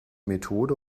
methode